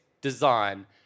design